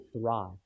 thrive